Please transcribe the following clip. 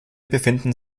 befinden